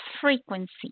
frequency